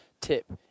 tip